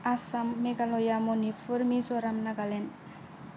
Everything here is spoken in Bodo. आसाम मेधालया मनिपुर मिज'राम नागालेण्ड